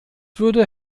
würde